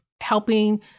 helping